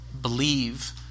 believe